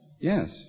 Yes